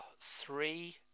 three